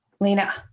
Lena